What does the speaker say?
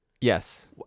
Yes